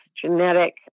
genetic